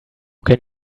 can